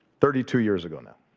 thirty two years ago now.